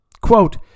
quote